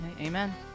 amen